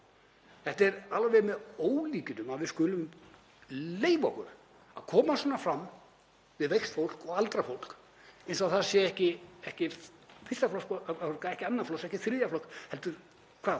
Það er alveg með ólíkindum að við skulum leyfa okkur að koma svona fram við veikt fólk og aldrað fólk, eins og það sé ekki fyrsta flokks borgarar, ekki annars, ekki þriðja flokks heldur